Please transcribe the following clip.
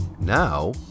Now